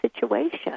situation